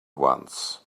ones